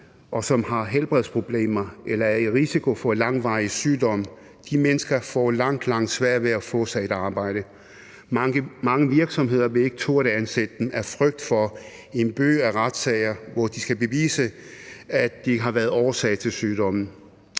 og som har helbredsproblemer eller er i risiko for langvarig sygdom, får langt sværere ved at få sig et arbejde. Mange virksomheder vil ikke turde ansætte dem af frygt for en byge af retssager, hvor de skal bevise, at de har været årsag til sygdommen.